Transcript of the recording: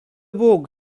bóg